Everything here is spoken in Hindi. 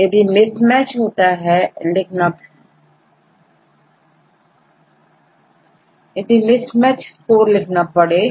यदि मिसमैच है तो हमें मिस मैच स्कोर लिखना पड़ेगा